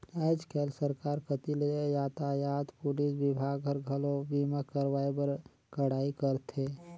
आयज कायज सरकार कति ले यातयात पुलिस विभाग हर, घलो बीमा करवाए बर कड़ाई करथे